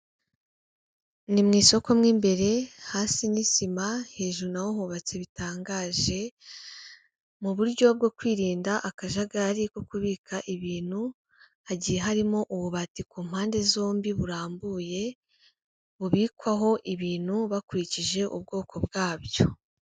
Ni mu isoko mo imbere hasi ni sima, hejuru'a hubatse bitangaje, mu buryo bwo kwirinda akajagari ko kubika ibintu, hagiye harimo ububati ku mpande zombi burambuye, bubikwaho ibintu, bakurikije ubwoko bwabyo.